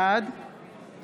בעד